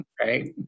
Right